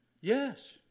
Yes